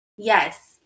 yes